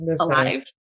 alive